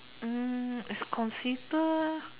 mm is consider